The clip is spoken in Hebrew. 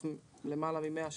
יותר ממאה,